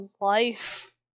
life